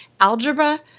algebra